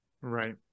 Right